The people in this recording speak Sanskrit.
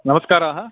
नमस्काराः